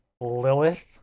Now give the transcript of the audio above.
Lilith